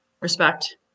respect